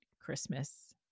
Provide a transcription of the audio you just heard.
Christmas